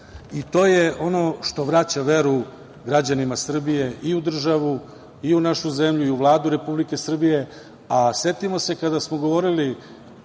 i to je ono što vraća veru građanima Srbije i u državu i u našu zemlju i u Vladu Republike Srbije. Setimo se kada smo govorili